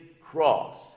cross